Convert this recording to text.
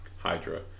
Hydra